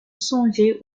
songer